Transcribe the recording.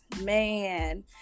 man